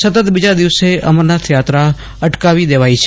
સતત બીજા દિવસે અમરનાથ યાત્રા અટકાવી દેવાઈ છે